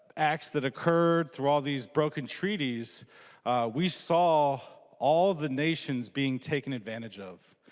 accident occurred through all these broken treaties we saw all the nations being taken advantage of.